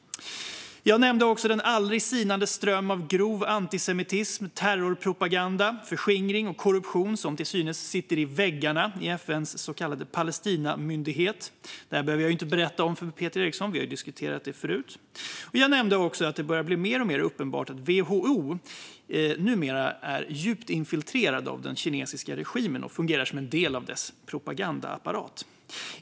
Jag nämnde också den aldrig sinande strömmen av grov antisemitism, terrorpropaganda, förskingring och korruption som till synes sitter i väggarna hos FN:s så kallade Palestinamyndighet. Detta behöver jag inte berätta för Peter Eriksson; vi har ju diskuterat det förut. Jag nämnde även att det börjar bli mer och mer uppenbart att WHO numera är djupt infiltrerat av den kinesiska regimen och fungerar som en del av dess propagandaapparat.